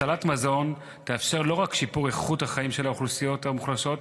הצלת מזון תאפשר לא רק שיפור איכות החיים של האוכלוסיות המוחלשות,